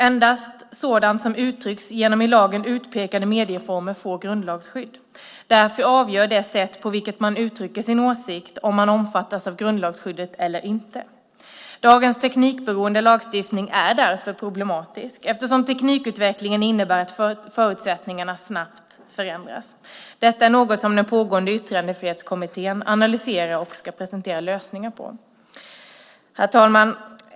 Endast sådant som uttrycks genom i lagen utpekade medieformer får grundlagsskydd. Därför avgör det sätt på vilket man uttrycker sin åsikt om man omfattas av grundlagsskyddet eller inte. Dagens teknikberoende lagstiftning är därför problematisk eftersom teknikutvecklingen innebär att förutsättningarna snabbt förändras. Detta är något som den pågående Yttrandefrihetskommittén analyserar och ska presentera lösningar på. Herr talman!